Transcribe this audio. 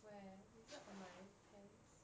where is it on my pants